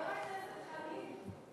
חבר הכנסת חנין,